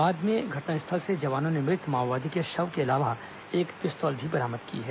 बाद में घटनास्थल से जवानों ने मृत माओवादी के शव के अलावा एक पिस्टल भी बरामद किया है